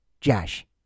Josh